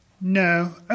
No